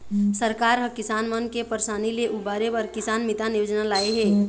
सरकार ह किसान मन के परसानी ले उबारे बर किसान मितान योजना लाए हे